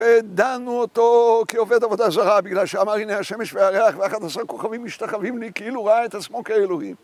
ודנו אותו כעובד עבודה זרה בגלל שאמר הנה השמש והריח ואחד עשרה כוכבים משתחווים לי כאילו הוא ראה את עצמו כאלוהים.